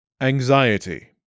Anxiety